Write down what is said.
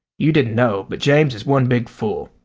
you didn't know. but james is one big fool.